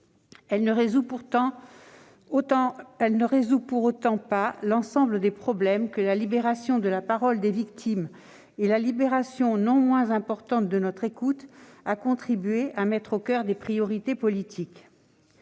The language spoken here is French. elle ne résout pour autant pas l'ensemble des problèmes que la libération de la parole des victimes et celle, non moins importante, de l'écoute qui leur est accordée ont contribué à mettre au coeur des priorités politiques.